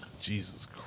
Jesus